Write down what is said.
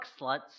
sluts